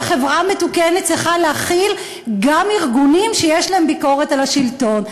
חברה מתוקנת צריכה להכיל גם ארגונים שיש להם ביקורת על השלטון.